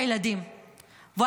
עברתי לעיר אחרת עם שלושת הילדים שלי.